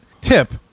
tip